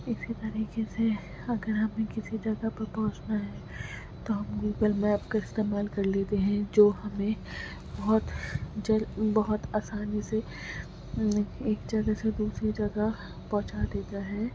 اسی طریقے سے اگر ہمیں کسی جگہ پہ پہنچنا ہے تو ہم گوگل میپ کا استعمال کر لیتے ہیں جو ہمیں بہت جلد بہت آسانی سے ایک جگہ سے دوسری جگہ پہنچا دیتا ہے